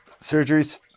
surgeries